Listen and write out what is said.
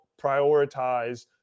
prioritize